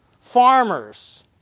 farmers